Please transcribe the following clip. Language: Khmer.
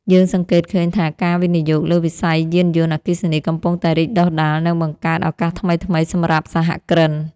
យើងសង្កេតឃើញថាការវិនិយោគលើវិស័យយានយន្តអគ្គិសនីកំពុងតែរីកដុះដាលនិងបង្កើតឱកាសថ្មីៗសម្រាប់សហគ្រិន។